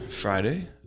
Friday